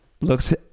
looks